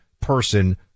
person